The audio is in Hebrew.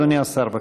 אדוני השר, בבקשה.